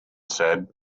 said